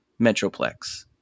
Metroplex